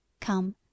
Come